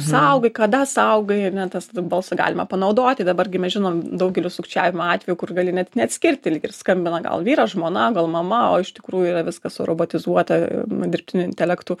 saugai kada saugai ane tas balsą galima panaudoti dabar gi mes žinom daugelį sukčiavimo atvejų kur gali net neatskirti lyg ir skambina gal vyras žmona gal mama o iš tikrųjų yra viskas surobotizuota dirbtiniu intelektu